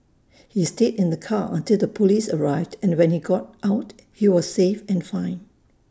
he stayed in the car until the Police arrived and when he got out he was safe and fine